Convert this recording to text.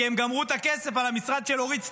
כי היא גמרה את הכסף על המשרד של אורית סטרוק.